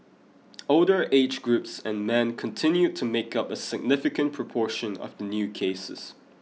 older age groups and men continued to make up a significant proportion of the new cases